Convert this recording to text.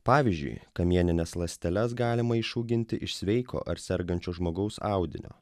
pavyzdžiui kamienines ląsteles galima išauginti iš sveiko ar sergančio žmogaus audinio